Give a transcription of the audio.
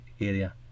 area